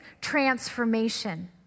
transformation